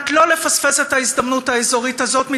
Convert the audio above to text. כדי לא לפספס את ההזדמנות האזורית הזאת,